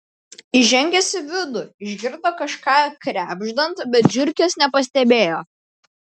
įžengęs į vidų išgirdo kažką krebždant bet žiurkės nepastebėjo